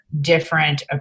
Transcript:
different